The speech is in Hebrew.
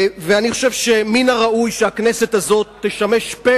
אני חושב שמן הראוי שהכנסת הזאת תשמש פה